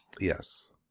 Yes